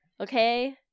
Okay